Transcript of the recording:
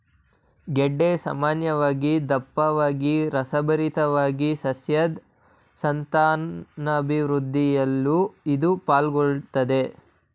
ಗೆಡ್ಡೆ ಸಾಮಾನ್ಯವಾಗಿ ದಪ್ಪವಾಗಿ ರಸಭರಿತವಾಗಿರ್ತದೆ ಸಸ್ಯದ್ ಸಂತಾನಾಭಿವೃದ್ಧಿಯಲ್ಲೂ ಇದು ಪಾಲುಗೊಳ್ಳುತ್ದೆ